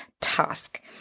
task